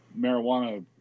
marijuana